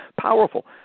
powerful